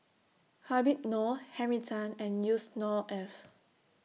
Habib Noh Henry Tan and Yusnor Ef